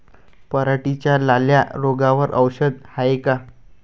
पराटीच्या लाल्या रोगावर औषध हाये का?